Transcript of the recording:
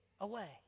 away